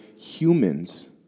humans